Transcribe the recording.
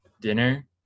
dinner